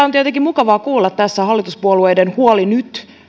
on tietenkin mukavaa kuulla tässä nyt hallituspuolueiden huoli